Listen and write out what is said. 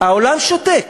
העולם שותק.